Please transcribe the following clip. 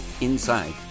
inside